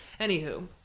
Anywho